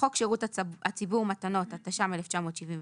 חוק שירות הציבור (מתנות), התש"ם-1979,